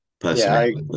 personally